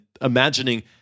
imagining